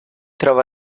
trova